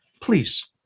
Please